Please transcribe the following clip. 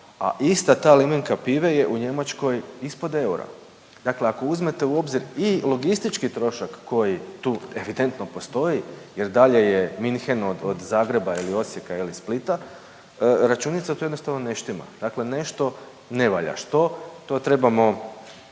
a ista ta limenka pive je u Njemačkoj ispod eura. Dakle ako uzmete u obzir i logistički trošak koji tu evidentno postoji jer dalje je München od Zagreba ili Osijeka ili Splita, računica jednostavno tu ne štima, dakle nešto ne valja. Što, to trebamo,